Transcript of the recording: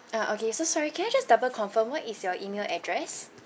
uh okay so sorry can I just double confirm what is your email address